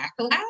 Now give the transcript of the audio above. backlash